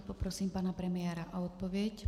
Poprosím pana premiéra o odpověď.